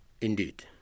Indeed